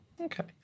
Okay